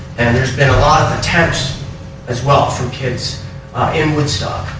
and and a lot of attempts as well for kids in woodstock.